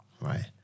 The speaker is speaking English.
Right